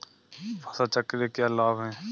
फसल चक्र के क्या लाभ हैं?